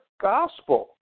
gospel